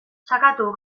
sakatu